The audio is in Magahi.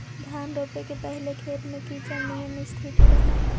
धान रोपे के पहिले खेत में कीचड़ निअन स्थिति रहऽ हइ